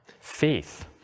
faith